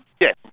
Yes